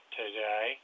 today